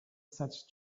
such